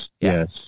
yes